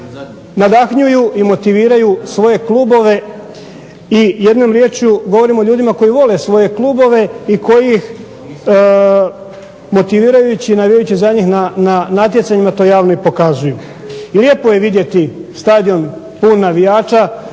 nadahnjuju i motiviraju svoje klubove i jednom rječju, govorim o ljudima koji vole svoje klubove i koji ih motivirajući i navijajući za njih na natjecanjima to javno i pokazuju. I lijepo je vidjeti stadion pun navijača